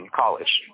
college